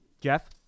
Jeff